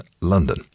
London